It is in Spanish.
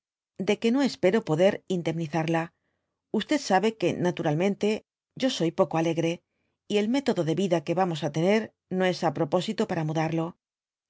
de que no espero poder indequúzarla sabe que naturalmente yo soy poco aleare y el método de vida que vamos tener no es aproposko para mudarlo